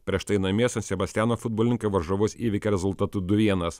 prieš tai namie san sebastiano futbolininkai varžovus įveikė rezultatu du vienas